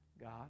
God